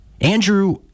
Andrew